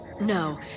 No